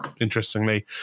Interestingly